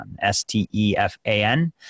S-T-E-F-A-N